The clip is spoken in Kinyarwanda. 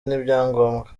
n’ibyangombwa